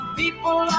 people